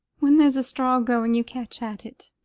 when there's a straw going, you catch at it.